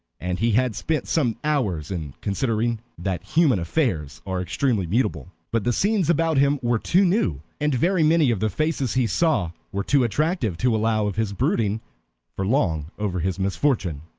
and he had spent some hours in considering that human affairs are extremely mutable. but the scenes about him were too new, and very many of the faces he saw were too attractive, to allow of his brooding for long over his misfortune.